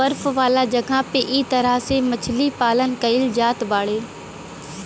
बर्फ वाला जगह पे इ तरह से मछरी पालन कईल जात बाड़े